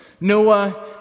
Noah